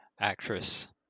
actress